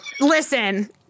Listen